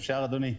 אפשר, אדוני?